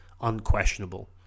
unquestionable